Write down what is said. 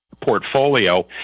portfolio